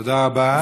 תודה רבה.